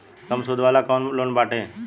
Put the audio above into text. कम सूद वाला कौन लोन बाटे बताव?